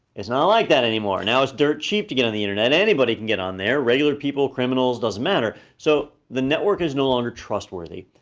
it's not like that anymore, now it's dirt cheap to get on the internet, anybody can get on there, regular people, criminals, doesn't matter. so the network is no longer trustworthy,